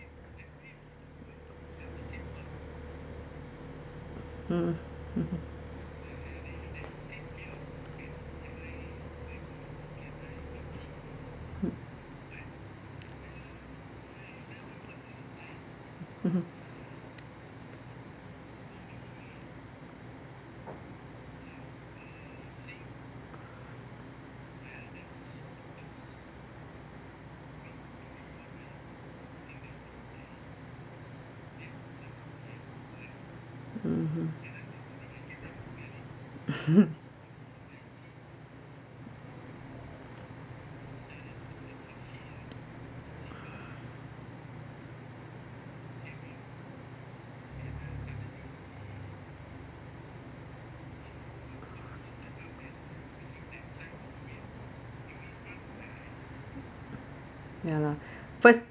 mm mmhmm mm mmhmm mmhmm mmhmm ya lah first